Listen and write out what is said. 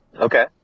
Okay